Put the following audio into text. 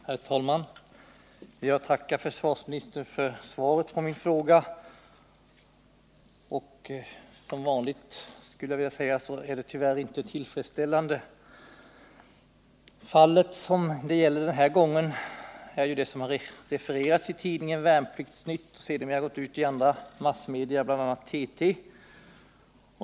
Herr talman! Jag tackar försvarsministern för svaret på min fråga — som vanligt är det tyvärr inte tillfredsställande. Fallet som det gäller denna gång är det som har refererats i tidningen Värnplikts-Nytt och sedermera har gått ut i andra massmedia, bl.a. TT.